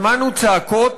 שמענו צעקות,